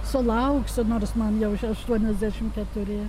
sulauksiu nors man jau aštuoniasdešim keturi